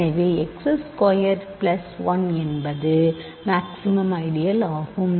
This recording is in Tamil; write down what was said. எனவே x ஸ்கொயர் பிளஸ் 1 என்பது மாக்ஸிமம் ஐடியல் ஆகும்